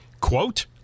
Quote